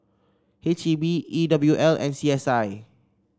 H E B E W L and C S I